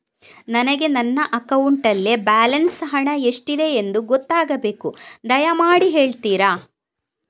ನನಗೆ ನನ್ನ ಅಕೌಂಟಲ್ಲಿ ಬ್ಯಾಲೆನ್ಸ್ ಹಣ ಎಷ್ಟಿದೆ ಎಂದು ಗೊತ್ತಾಗಬೇಕು, ದಯಮಾಡಿ ಹೇಳ್ತಿರಾ?